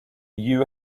you